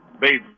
baby